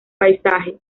paisaje